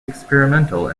experimental